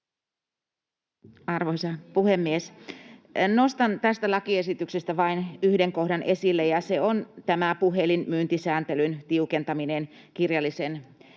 Arvoisa puhemies! Nostan tästä lakiesityksestä vain yhden kohdan esille, ja se on tämä puhelinmyyntisääntelyn tiukentaminen kirjallisen